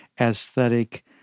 aesthetic